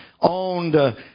owned